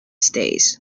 stays